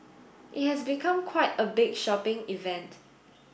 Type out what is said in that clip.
it has become quite a big shopping event